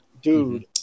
Dude